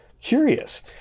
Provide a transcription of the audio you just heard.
curious